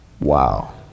Wow